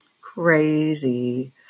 crazy